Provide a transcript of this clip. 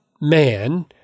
man